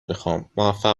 میخوامموفق